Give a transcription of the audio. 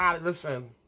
Listen